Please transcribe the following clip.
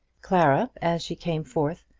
clara, as she came forth,